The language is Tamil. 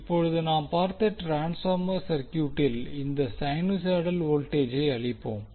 இப்போது நாம் பார்த்த ட்ரான்ஸ்பார்மர் சர்க்யூட்டில் இந்த சைனுசாய்டல் வோல்டேஜை அளிப்போம்